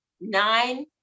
Nine